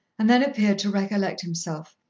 and then appeared to recollect himself.